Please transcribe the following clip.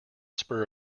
spur